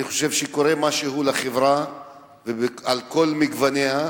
אני חושב שקורה משהו לחברה על כל גווניה.